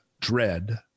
dread